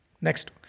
Next